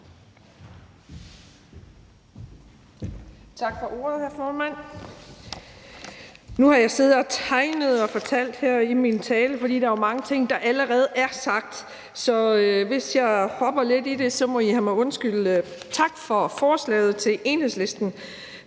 Tak for ordet, hr. formand. Nu har jeg siddet og tegnet og lavet streger her i min tale, fordi der jo er mange ting, der allerede er sagt, så hvis jeg hopper lidt i det, må I have mig undskyldt. Tak til Enhedslisten